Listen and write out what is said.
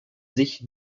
sich